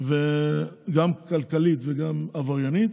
גם כלכלית וגם עבריינית,